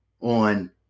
on